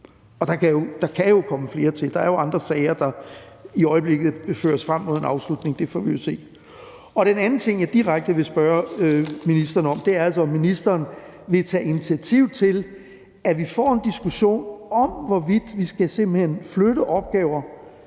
Og der kan jo komme flere til, for der er andre sager, der i øjeblikket føres frem mod en afslutning, men det får vi jo at se. Den anden ting, jeg vil spørge ministeren direkte om, er, om ministeren vil tage initiativ til, at vi får en diskussion om, hvorvidt vi simpelt hen skal flytte opgaver